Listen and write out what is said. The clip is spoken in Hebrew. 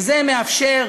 שזה מאפשר